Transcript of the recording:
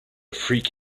freak